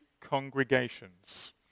congregations